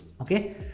okay